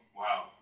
wow